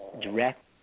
direct